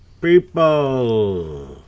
people